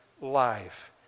life